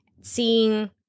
seeing